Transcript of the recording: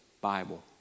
Bible